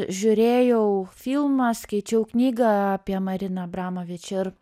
žiūrėjau filmą skaičiau knygą apie mariną abramovič ir